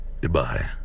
Goodbye